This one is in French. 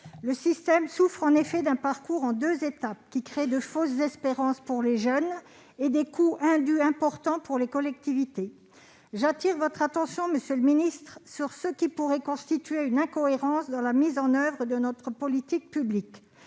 Le système souffre en effet d'un parcours en deux étapes qui crée de fausses espérances pour les jeunes et des coûts indus importants pour les collectivités. J'attire votre attention, monsieur le secrétaire d'État, sur ce qui pourrait constituer une incohérence dans la mise en oeuvre de notre politique publique.